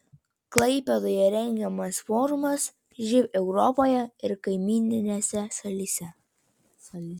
klaipėdoje rengiamas forumas živ europoje ir kaimyninėse šalyse